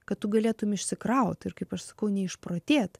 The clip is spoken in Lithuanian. kad tu galėtum išsikrauti ir kaip aš sakau neišprotėt